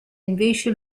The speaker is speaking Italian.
invece